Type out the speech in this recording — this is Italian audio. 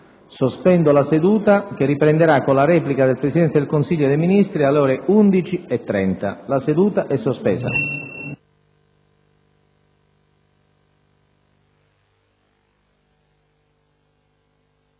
Sospendo la seduta, che riprenderà con la replica del Presidente del Consiglio dei ministri, alle ore 11,30. *(La seduta, sospesa